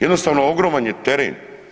Jednostavno ogroman je teren.